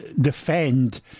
defend